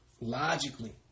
logically